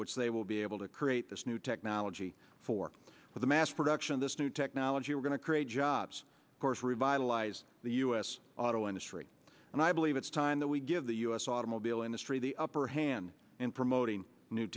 which they will be able to create this new technology for the mass production of this new technology we're going to create jobs of course revitalize the u s auto industry and i believe it's time that we give the u s automobile industry the upper hand in promoting new